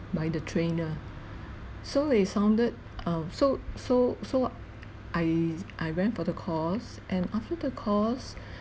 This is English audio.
by the trainer so they sounded uh so so so I I went for the course and after the course